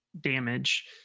damage